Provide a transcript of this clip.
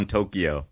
Tokyo